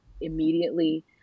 immediately